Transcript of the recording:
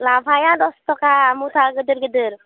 लाफाया दसथाखा मुथा गिदिर गिदिर